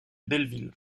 belleville